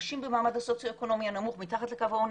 נשים במעמד הסוציו-אקונומי הנמוך מתחת לקו העוני